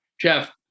Jeff